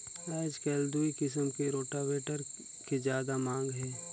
आयज कायल दूई किसम के रोटावेटर के जादा मांग हे